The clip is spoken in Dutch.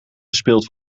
verspild